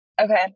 Okay